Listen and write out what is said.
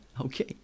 Okay